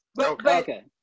Okay